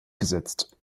gesetzt